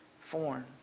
form